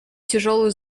тяжелую